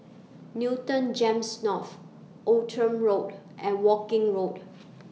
Newton Gems North Outram Road and Woking Road